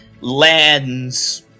lands